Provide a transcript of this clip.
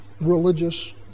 religious